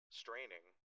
straining